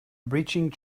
breaching